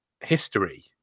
history